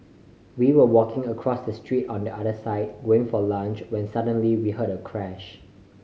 we were walking across the street on the other side when for lunch when suddenly we heard a crash